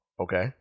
Okay